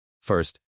First